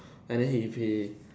and then he he